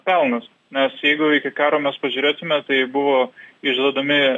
pelnas nes jeigu iki karo mes pažiūrėtume tai buvo išduodami